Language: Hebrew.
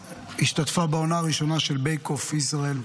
שהשתתפה בעונה הראשונה של בייק אוף ישראל,